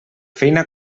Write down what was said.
feina